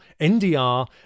NDR